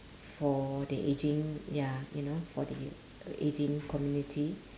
for the aging ya you know for the uh aging community